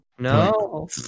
No